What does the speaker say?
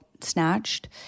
Snatched